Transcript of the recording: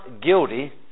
guilty